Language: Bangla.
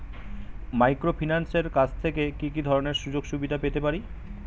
মাইক্রোফিন্যান্সের কাছ থেকে কি কি ধরনের সুযোগসুবিধা পেতে পারি?